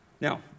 Now